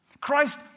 Christ